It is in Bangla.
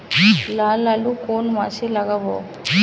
লাল আলু কোন মাসে লাগাব?